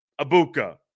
Abuka